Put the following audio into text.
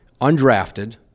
undrafted